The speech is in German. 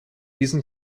diesen